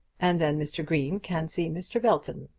and then mr. green can see mr. belton.